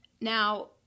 Now